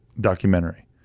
documentary